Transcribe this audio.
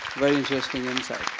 very interesting insight.